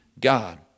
God